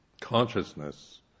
consciousness